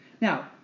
Now